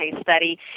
study